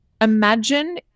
imagine